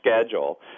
schedule